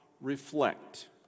reflect